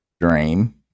dream